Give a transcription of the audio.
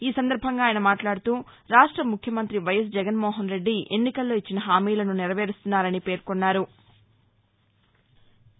ఈ సందర్బంగా ఆయన మాట్లాడుతూ రాష్ట ముఖ్యమంత్రి వైఎస్ జగన్మోహన్ రెడ్డి ఎన్నికల్లో ఇచ్చిన హామీలను నెరవేరుస్తున్నారని అన్నారు